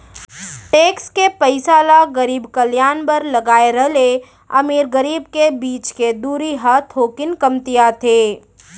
tax के पइसा ल गरीब कल्यान बर लगाए र ले अमीर गरीब के बीच के दूरी ह थोकिन कमतियाथे